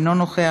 אינו נוכח,